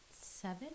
seven